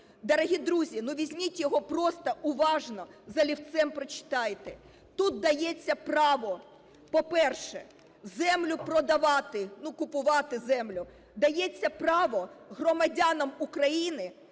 Дорогі друзі, візьміть його, просто уважно з олівцем прочитайте. Тут дається право, по-перше, землю продавати, купувати землю, дається право громадянам України,